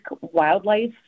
wildlife